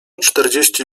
czterdzieści